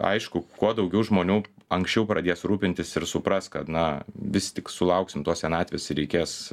aišku kuo daugiau žmonių anksčiau pradės rūpintis ir supras kad na vis tik sulauksim tos senatvėsir reikės